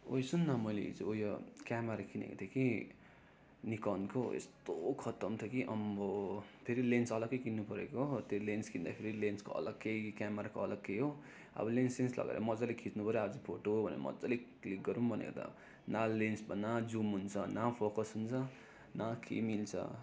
ओइ सुन्न मैले हिजो उयो क्यामेरा किनेको थिएँ कि निकनको यस्तो खत्तम थियो कि आम्मै हो फेरि लेन्स अलग्गै किन्नु परेको हो त्यो लेन्स किन्दाखेरि लेन्सको अलग्गै क्यामेराको अलग्गै हो अब लेन्स सेन्स लगाएर मजाले खिच्नु पऱ्यो अब फोटो भनेर मजाले क्लिक गरौँ भनेको त न लेन्स न जुम हुन्छ न फोकस हुन्छ न केही मिल्छ